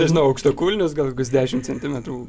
nežinau aukštakulnius gal kokius dešim centimetrų